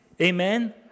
Amen